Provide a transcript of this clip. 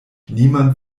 niemand